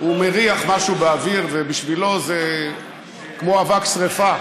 הוא מריח משהו באוויר ובשבילו זה כמו אבק שרפה.